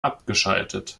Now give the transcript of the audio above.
abgeschaltet